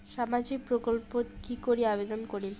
সামাজিক প্রকল্পত কি করি আবেদন করিম?